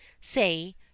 say